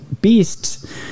beasts